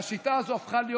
והשיטה הזו הפכה להיות,